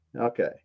Okay